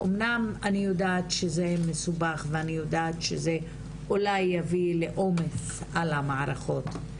אמנם אני יודעת שזה מסובך ואני יודעת שזה אולי יביא לעומס על המערכות,